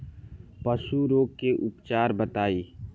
पशु रोग के उपचार बताई?